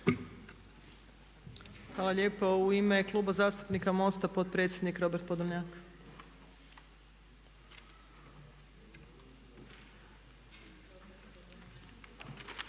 Hvala lijepa. U ime Kluba zastupnika MOST-a potpredsjednik Robert Podolnjak.